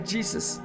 Jesus